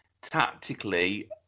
tactically